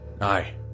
Aye